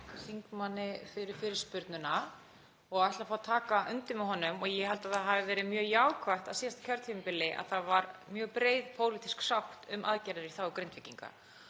þingmanni fyrir fyrirspurnina og ætla að fá að taka undir með honum og ég held að það hafi verið mjög jákvætt á síðasta kjörtímabili að það var mjög breið pólitísk sátt um aðgerðir í þágu Grindvíkinga.